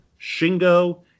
Shingo